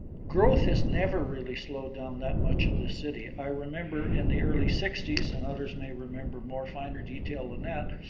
growth has never really slowed down that much in the city. i remember in the early sixties and others may remember more fine detail than that,